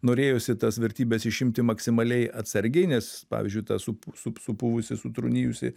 norėjosi tas vertybes išimti maksimaliai atsargiai nes pavyzdžiui ta sup su supuvusi sutrūnijusi